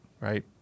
right